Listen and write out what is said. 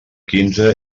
quinze